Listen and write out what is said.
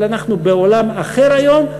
אבל אנחנו בעולם אחר היום.